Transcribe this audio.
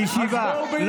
בישיבה.